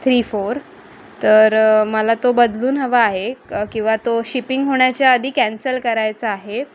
three four तर मला तो बदलून हवा आहे क किंवा तो शिपिंग होण्याच्या आधी कॅन्सल करायचा आहे